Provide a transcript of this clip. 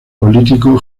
político